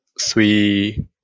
three